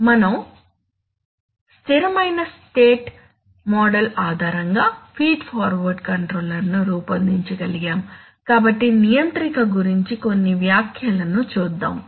మనం స్థిరమైన state model ఆధారంగా ఫీడ్ ఫార్వర్డ్ కంట్రోలర్ను రూపొందించగలిగాము కాబట్టి నియంత్రిక గురించి కొన్ని వ్యాఖ్యలను చూద్దాము